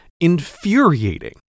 infuriating